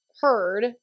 heard